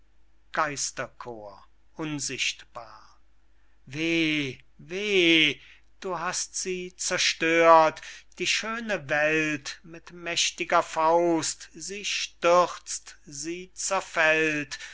unsichtbar weh weh du hast sie zerstört die schöne welt mit mächtiger faust sie stürzt sie zerfällt